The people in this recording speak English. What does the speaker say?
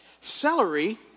Celery